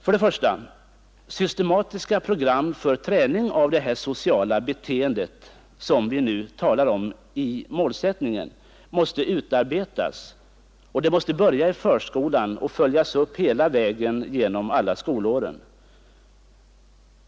För det första: Systematiska program för träning av det sociala beteende som vi talar om i målsättningen måste utarbetas, och detta måste börja i förskolan och följas upp hela vägen genom alla skolåren.